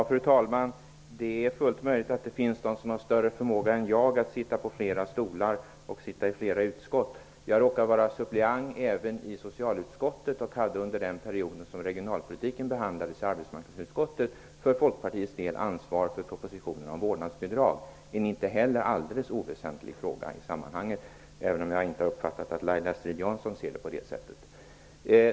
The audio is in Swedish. Fru talman! Det är fullt möjligt att det finns de som har större förmåga än jag att sitta på flera stolar och i flera utskott samtidigt. Jag råkar vara suppleant även i socialutskottet. Under den period som regionalpolitiken behandlades i arbetsmarknadsutskottet hade jag för Folkpartiets del ansvaret för frågan om vårdnadsbidraget. Det är en inte heller helt oväsentlig fråga, även om jag inte har uppfattat att Laila Strid-Jansson ser på den på det sättet.